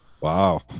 Wow